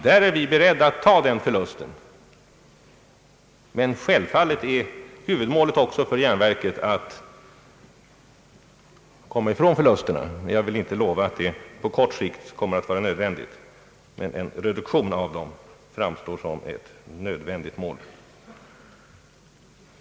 Vi är beredda att ta den förlusten, men självfallet är målet att komma ifrån sådana förluster. Jag vill inte lova att det är möjligt på kort sikt, men en reduktion av dem framstår som ett nödvändigt mål.